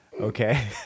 okay